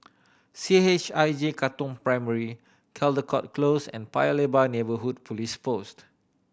C H I J Katong Primary Caldecott Close and Paya Lebar Neighbourhood Police Post